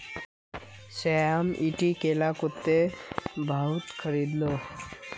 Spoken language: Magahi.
श्याम ईटी केला कत्ते भाउत खरीद लो